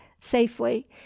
safely